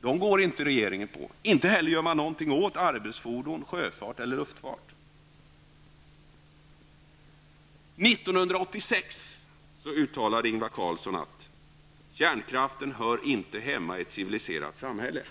ställer sig regeringen inte bakom. Inte heller gör man någonting åt arbetsfordon, sjöfart eller luftfart. År 1986 uttalade Ingvar Carlsson: Kärnkraften hör inte hemma i ett civiliserat samhälle.